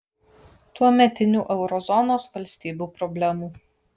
tuometinių euro zonos valstybių problemų